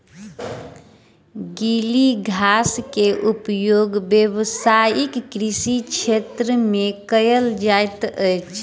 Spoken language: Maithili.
गीली घास के उपयोग व्यावसायिक कृषि क्षेत्र में कयल जाइत अछि